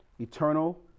eternal